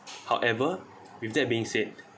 however with that being said